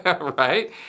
right